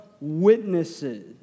witnesses